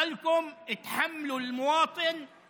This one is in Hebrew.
(אומר בערבית: אתם רוצים להשאיר את האזרח לשאת את הנטל הזה,